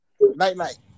night-night